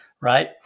right